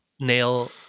Nail